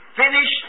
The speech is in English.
finish